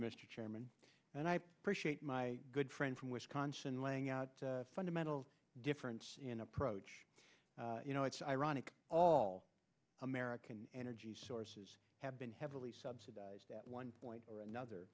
chairman and i appreciate my good friend from wisconsin laying out a fundamental difference in approach you know it's ironic all american energy sources have been heavily subsidized one point or another